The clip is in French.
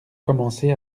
commencé